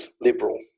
liberal